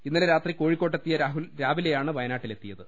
ഇന്നലെ രാത്രി കോഴിക്കോട്ടെത്തിയ രാഹുൽ രാവിലെയാണ് വയനാട്ടിലെത്തിയത്